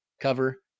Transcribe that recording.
cover